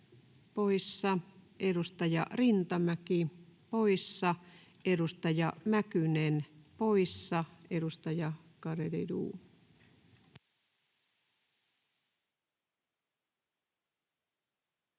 poissa. Edustaja Rintamäki, poissa. Edustaja Mäkynen, poissa. — Edustaja Garedew.